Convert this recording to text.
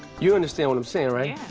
you understand what i'm saying, right?